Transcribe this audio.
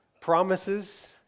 Promises